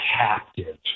captive